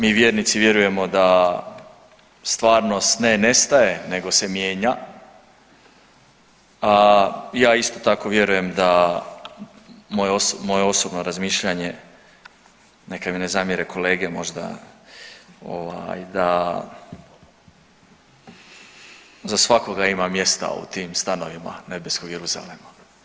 Mi vjernici vjerujemo da stvarnost ne nestaje nego se mijenja, a ja isto tako vjerujem da, moje osobno razmišljanje, neka mi ne zamjere kolege možda ovaj da za svakoga ima mjesta u tim stanovima nebeskog Jeruzalema.